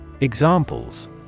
Examples